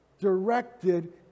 directed